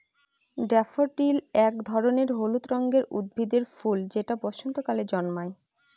daffodil এক ধরনের হলুদ রঙের উদ্ভিদের ফুল যেটা বসন্তকালে জন্মায়